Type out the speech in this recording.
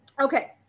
Okay